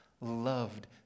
loved